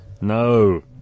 No